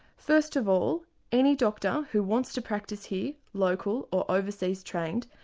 first of all any doctor who wants to practice here, local or overseas trained,